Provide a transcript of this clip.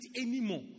anymore